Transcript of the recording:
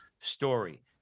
story